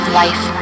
life